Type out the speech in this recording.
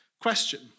question